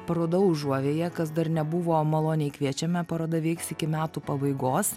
paroda užuovėja kas dar nebuvo maloniai kviečiame paroda veiks iki metų pabaigos